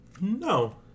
No